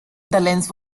lens